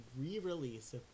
re-release